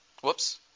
Whoops